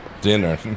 dinner